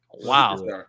Wow